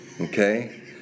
okay